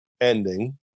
ending